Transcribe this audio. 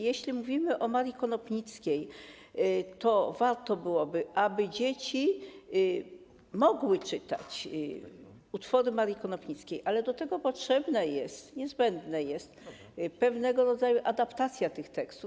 Jeśli mówimy o Marii Konopnickiej, to warto byłoby, aby dzieci mogły czytać utwory Marii Konopnickiej, ale do tego potrzebna jest, niezbędna jest pewnego rodzaju adaptacja tych tekstów.